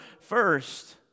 first